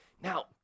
Now